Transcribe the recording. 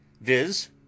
viz